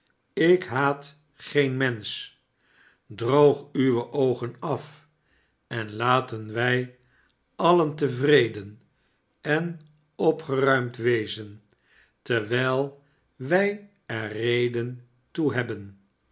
ik haat geen mensch droog uwe oogen af en laten wij alien tevreden en opgeruimd wezen terwijl wij er reden toe hebben